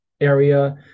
area